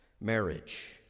Marriage